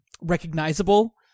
recognizable